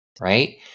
right